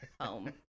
Home